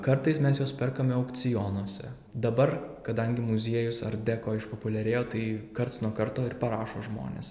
kartais mes juos perkame aukcionuose dabar kadangi muziejus ar deko išpopuliarėjo tai karts nuo karto ir parašo žmonės